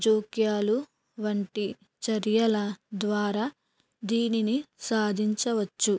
జోక్యాలు వంటి చర్యల ద్వారా దీనిని సాధించవచ్చు